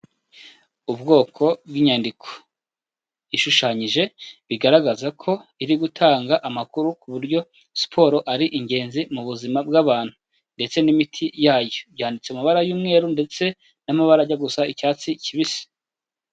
Ubwoko bw'inyandiko, ishushanyije bigaragaza ko iri gutanga amakuru ku buryo siporo ari ingenzi mu buzima bw'abantu, ndetse n'imiti yayo. Byanditse mu mabara y'umweru ndetse n'amabara ajya gusa icyatsi kibisi.